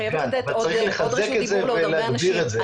אבל צריך לחזק את זה ולהגביר את זה.